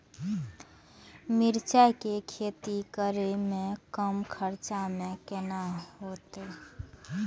मिरचाय के खेती करे में कम खर्चा में केना होते?